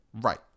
Right